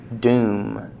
Doom